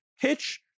pitch